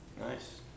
Nice